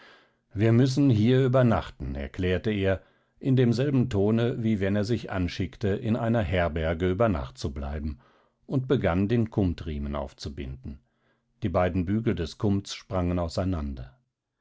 wir müssen hier übernachten erklärte er in demselben tone wie wenn er sich anschickte in einer herberge über nacht zu bleiben und begann den kumtriemen aufzubinden die beiden bügel des kumts sprangen auseinander